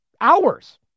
hours